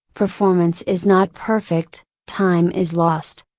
performance is not perfect, time is lost,